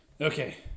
okay